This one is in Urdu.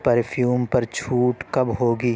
پرفیوم پر چھوٹ کب ہوگی